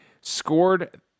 scored